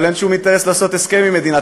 אבל אין שום אינטרס לעשות הסכם עם מדינת